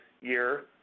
year